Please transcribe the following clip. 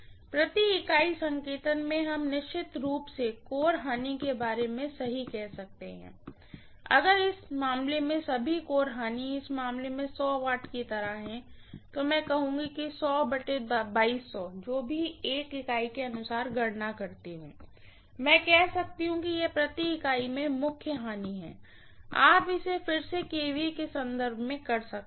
पर यूनिट संकेतन में हम निश्चित रूप से कोर हानि के बारे में सही कह सकते हैं अगर इस मामले में सभी कोर हानि इस मामले में W की तरह हैं तो मैं कहूंगा जो भी मैं इकाई के अनुसार गणना करता हूं मैं कह सकता हूं कि यह पर यूनिट में मुख्य हानि है आप इसे फिर से kVA के संदर्भ में कर सकते हैं